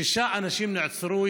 שישה אנשים נעצרו,